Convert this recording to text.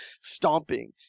stomping